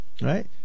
Right